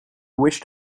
wished